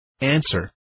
Answer